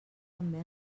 també